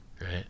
right